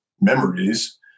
memories